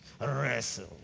wrestle